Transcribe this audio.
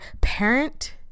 parent